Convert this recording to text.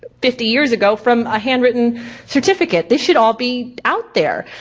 ah fifty years ago from a handwritten certificate. this should all be out there.